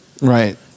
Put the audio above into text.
right